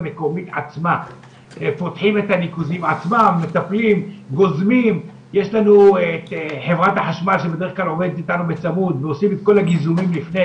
האם נגיד הניקוזים שידענו שכבר לא עומדים בקצב גשם מעבר למה